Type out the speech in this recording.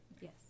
Yes